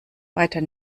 weiter